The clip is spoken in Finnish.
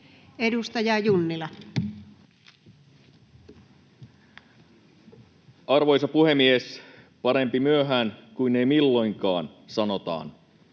22:21 Content: Arvoisa puhemies! Parempi myöhään kuin ei milloinkaan, sanotaan.